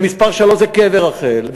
ומספר שלוש זה קבר רחל.